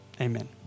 amen